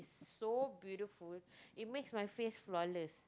so beautiful it makes my face flawless